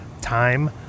time